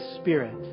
Spirit